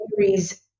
series